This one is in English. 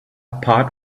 part